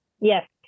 Yes